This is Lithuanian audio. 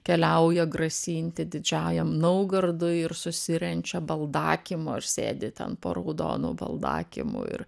keliauja grasinti didžiajam naugardui ir susirenčia baldakimo ir sėdi ten po raudonu baldakimu ir